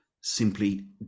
simply